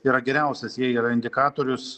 yra geriausias jie yra indikatorius